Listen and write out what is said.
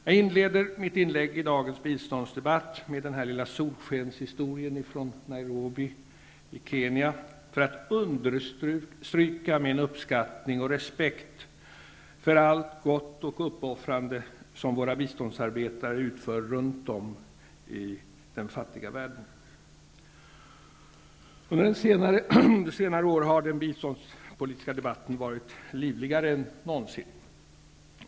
Jag inleder mitt inlägg i dagens biståndsdebatt med den här lilla solskenshistorien från Nairobi i Kenya för att understryka min uppskattning och respekt för allt gott och uppoffrande arbete som våra biståndsarbetare utför runt om i den fattiga världen. Under senare år har den biståndspolitiska debatten varit livligare än någonsin.